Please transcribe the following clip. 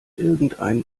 irgendein